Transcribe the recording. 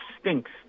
stinks